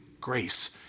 grace